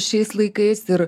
šiais laikais ir